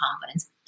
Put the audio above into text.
confidence